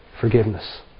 forgiveness